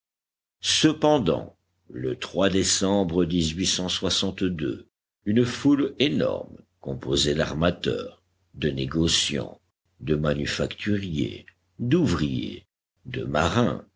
cependant le décembre une foule énorme composée d'armateurs de négociants de manufacturiers d'ouvriers de marins